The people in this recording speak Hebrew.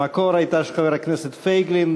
שבמקור הייתה של חבר הכנסת פייגלין,